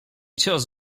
cios